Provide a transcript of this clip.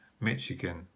Michigan